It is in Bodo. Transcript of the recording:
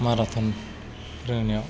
माराथ'न फोरोंनायाव